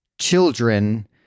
children